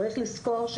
צריך לזכור,